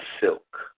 silk